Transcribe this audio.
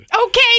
Okay